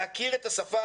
להכיר את השפה,